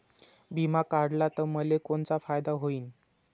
बिमा काढला त मले कोनचा फायदा होईन?